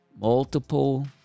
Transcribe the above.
multiple